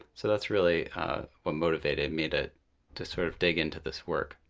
so that's really what motivated me to to sort of dig into this work.